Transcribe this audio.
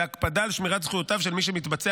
והקפדה על שמירת זכויותיו של מי שמתבצע